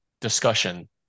discussion